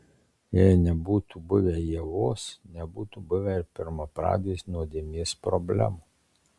jei nebūtų buvę ievos nebūtų buvę ir pirmapradės nuodėmės problemos